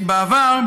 בעבר,